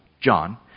John